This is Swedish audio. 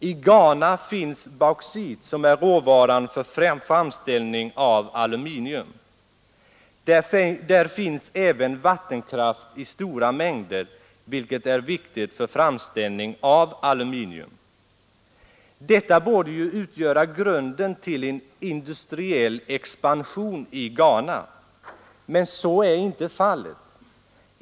I Ghana finns bauxit, som är råvaran för framställning av aluminium. Där finns även vattenkraft i stora mängder, som är viktig för framställning av aluminium. Detta borde utgöra grunden till en industriell expansion i Ghana, men så är inte fallet.